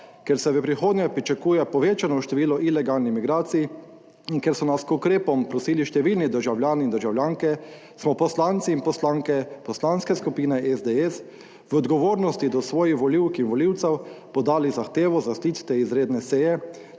ker se v prihodnje pričakuje povečano število ilegalnih migracij in ker so nas k ukrepom prosili številni državljani in državljanke, smo poslanci in poslanke Poslanske skupine SDS v odgovornosti do svojih volivk in volivcev podali zahtevo za sklic te izredne seje,